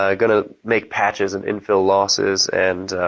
ah going to make patches and infill losses, and